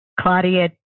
Claudia